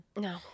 no